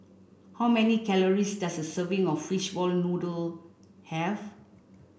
how many calories does a serving of fishball noodle have